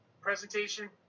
presentation